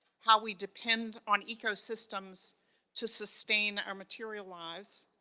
how we depend on ecosystems to sustain our material lives,